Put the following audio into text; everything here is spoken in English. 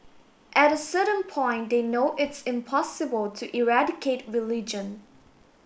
at a certain point they know it's impossible to eradicate religion